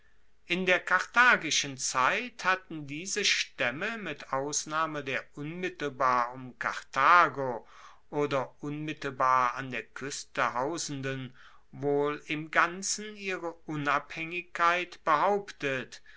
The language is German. in der karthagischen zeit hatten diese staemme mit ausnahme der unmittelbar um karthago oder unmittelbar an der kueste hausenden wohl im ganzen ihre unabhaengigkeit behauptet